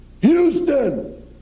Houston